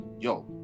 Yo